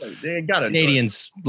Canadians